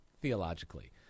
theologically